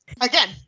again